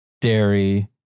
Dairy